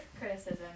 criticism